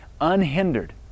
unhindered